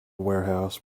warehouse